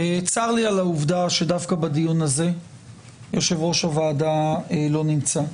צר לי על העובדה שדווקא בדיון הזה יושב ראש הוועדה לא נמצא.